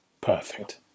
Perfect